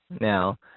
now